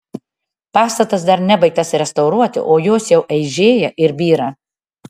pastatas dar nebaigtas restauruoti o jos jau eižėja ir byra